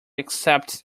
accepted